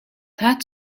that